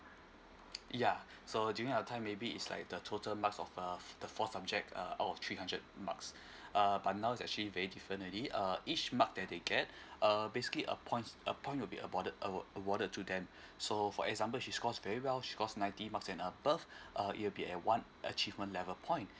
yeah so during our time maybe is like the total marks of err the four subject uh out of three hundred marks uh but now is actually very different already uh each mark that they get uh basically a points a point will be awarded awar~ awarded to them so for example she scores very well she scores ninety marks and above uh it will be at one achievement level point